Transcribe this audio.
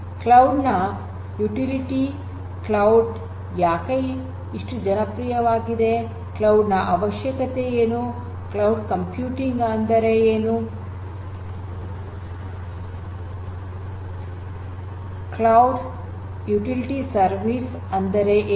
cloud ನ ಉಪಯುಕ್ತತೆ cloud ಯಾಕೆ ಇಷ್ಟು ಜನಪ್ರಿಯವಾಗಿದೆ ಕ್ಲೌಡ್ ನ ಅವಶ್ಯಕತೆ ಏನು ಕ್ಲೌಡ್ ಕಂಪ್ಯೂಟಿಂಗ್ ಅಂದರೆ ಏನು ಕ್ಲೌಡ್ ಯುಟಿಲಿಟಿ ಸರ್ವಿಸ್ ಅಂದರೆ ಏನು